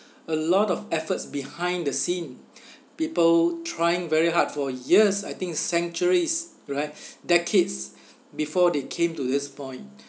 a lot of efforts behind the scene people trying very hard for years I think centuries right decades before they came to this point